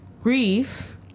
Grief